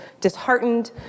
disheartened